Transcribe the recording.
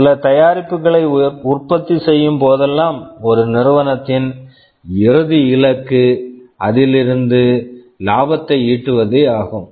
சில தயாரிப்புகளை உற்பத்தி செய்யும் போதெல்லாம் ஒரு நிறுவனத்தின் இறுதி இலக்கு அதில் இருந்து லாபத்தை ஈட்டுவதே ஆகும்